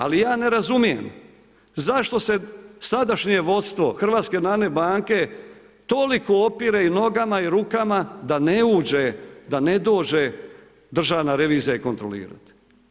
Ali ja ne razumijem zašto se sadašnje vodstvo HNB-a toliko opire i nogama i rukama da ne uđe, da ne dođe Državna revizija ih kontrolirati.